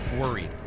worried